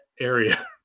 area